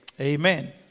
Amen